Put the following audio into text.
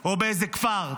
או באיזה כפר.